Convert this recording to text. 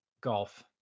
Golf